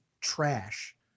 trash